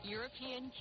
European